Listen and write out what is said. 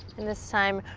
and this time,